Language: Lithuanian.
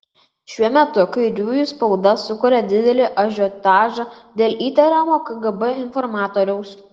šiuo metu kairiųjų spauda sukuria didelį ažiotažą dėl įtariamo kgb informatoriaus